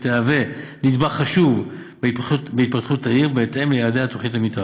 והיא תהווה נדבך חשוב בהתפתחות העיר בהתאם ליעדי תוכנית המתאר.